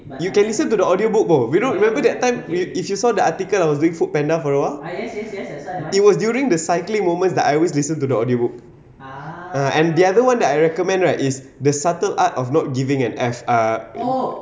you can listen to the audiobook bro you know remember that time we if you saw the article I was doing foodpanda for awhile it was during the cycling moments that I always listen to the audiobook ah and the other one that I recommend right is the subtle art of not giving an F ah